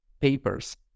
papers